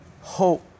hope